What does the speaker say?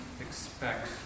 expect